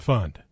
Fund